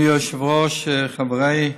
אדוני היושב-ראש, חברי הכנסת,